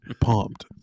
Pumped